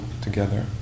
together